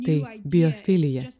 tai biofilija